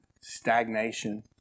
stagnation